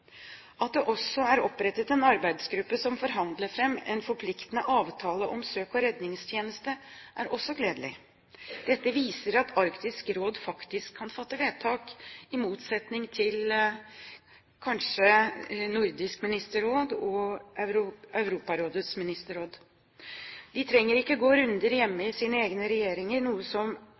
At det også er opprettet en arbeidsgruppe som forhandler fram en forpliktende avtale om søk og redningstjeneste, er også gledelig. Dette viser at Arktisk Råd faktisk kan fatte vedtak, i motsetning til kanskje Nordisk Ministerråd og Europarådets ministerråd. De trenger ikke gå runder hjemme i sine egne regjeringer, noe som